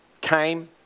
came